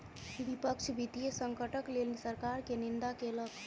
विपक्ष वित्तीय संकटक लेल सरकार के निंदा केलक